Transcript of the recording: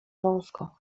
wąsko